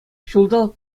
ҫулталӑк